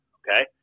okay